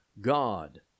God